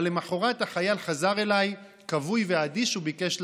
אבל למוחרת החייל חזר אלי כבוי ואדיש וביקש לעזוב.